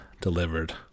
delivered